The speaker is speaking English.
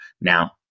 Now